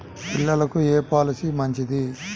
పిల్లలకు ఏ పొలసీ మంచిది?